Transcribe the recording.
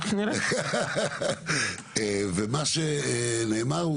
מה שנאמר,